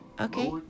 Okay